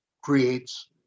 creates